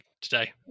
today